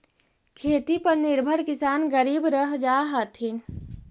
खेती पर निर्भर किसान गरीब रह जा हथिन